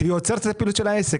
היא עוצרת את הפעילות של העסק.